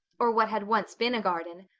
or what had once been a garden.